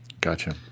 Gotcha